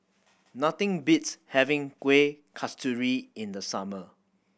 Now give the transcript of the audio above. nothing beats having Kuih Kasturi in the summer